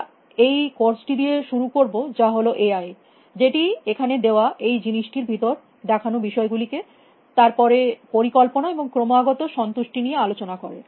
আমরা এই কোর্স টি দিয়ে শুরু করব যা হল এআই যেটি এখানে দেওয়া এই জিনিসটি র ভিতরে দেখানো বিষয় গুলিকে তার পরে পরিকল্পনা এবং ক্রমাগত সন্তুষ্টি নিয়ে আলোচনা করে